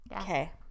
Okay